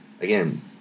again